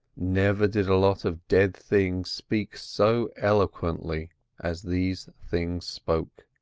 never did a lot of dead things speak so eloquently as these things spoke.